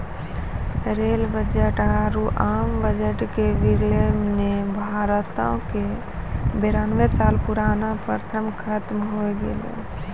rail budget आरु आम budget के विलय ने भारतो के बेरानवे साल पुरानका प्रथा खत्म होय गेलै